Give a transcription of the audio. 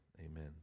Amen